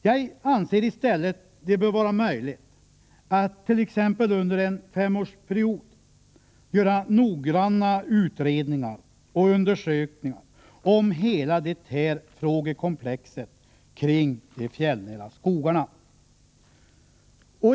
Jag anser i stället att det bör vara möjligt att t.ex. under en femårsperiod göra noggranna utredningar och undersökningar om hela det här frågekomplexet kring de fjällnära skogarna.